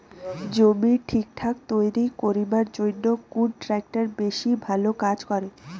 জমি ঠিকঠাক তৈরি করিবার জইন্যে কুন ট্রাক্টর বেশি ভালো কাজ করে?